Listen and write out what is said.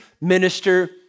minister